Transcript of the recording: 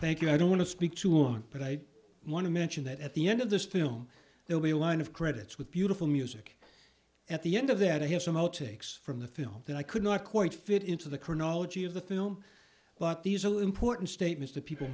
thank you i don't want to speak to him but i want to mention that at the end of this film it will be a line of credits with beautiful music at the end of that i have some outtakes from the film and i could not quite fit into the chronology of the film but these are all important statements that people